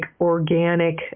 organic